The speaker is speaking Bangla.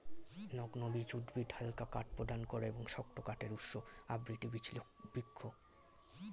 নগ্নবীজ উদ্ভিদ হালকা কাঠ প্রদান করে এবং শক্ত কাঠের উৎস আবৃতবীজ বৃক্ষ